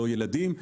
לא ילדים,